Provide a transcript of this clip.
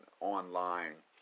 online